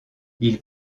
ils